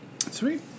Sweet